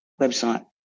website